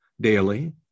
daily